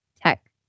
tech